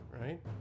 right